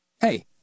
Hey